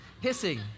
Hissing